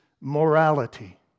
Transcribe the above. morality